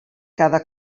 cada